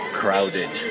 crowded